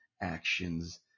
actions